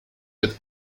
with